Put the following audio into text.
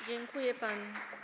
Dziękuję pani.